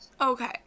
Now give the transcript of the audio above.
okay